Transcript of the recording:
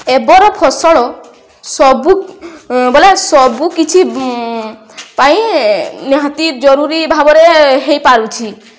ଏବେର ଫସଲ ସବୁ ମାନେ ସବୁକିଛି ପାଇଁ ନିହାତି ଜରୁରୀ ଭାବରେ ହୋଇପାରୁଛି